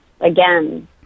again